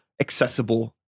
accessible